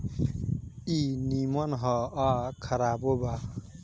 ई निमन ह आ खराबो बा